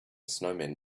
snowman